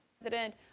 President